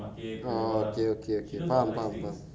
ah okay okay okay faham faham